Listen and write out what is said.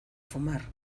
fumar